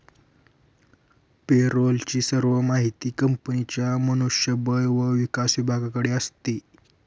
पे role ची सर्व माहिती कंपनीच्या मनुष्य बळ व विकास विभागाकडे असते